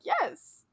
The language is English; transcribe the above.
yes